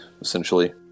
essentially